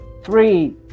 three